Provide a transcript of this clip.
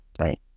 Right